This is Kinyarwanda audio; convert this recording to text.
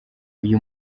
uyu